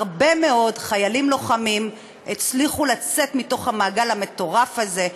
הרבה מאוד חיילים לוחמים הצליחו לצאת מתוך המעגל המטורף הזה,